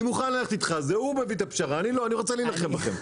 אני רוצה להילחם בכם.